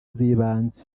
z’ibanze